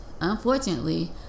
unfortunately